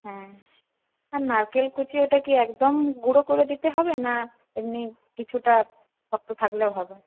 হ্যাঁ আর নারকেল কুঁচি ওটা কি একদম গুঁড়ো করে দিতে হবে না এমনি কিছুটা শক্ত থাকলেও হবে